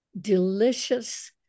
delicious